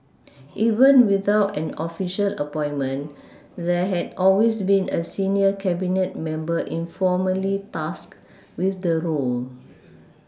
even without an official appointment there had always been a senior Cabinet member informally tasked with the role